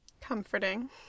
Comforting